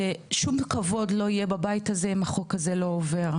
שום כבוד לא יהיה בבית הזה אם החוק הזה לא עובר.